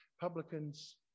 publicans